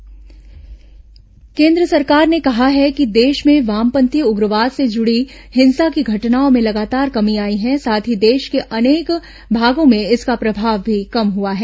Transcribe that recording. केन्द्र वामपंथी उग्रवाद केन्द्र सरकार ने कहा है कि देश में वामपंथी उग्रवाद से जुड़ी हिंसा की घटनाओं में लगातार कमी आई है साथ ही देश के अनेक भागों में इसका प्रभाव भी कम हुआ है